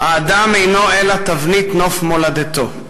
"האדם אינו אלא תבנית נוף מולדתו",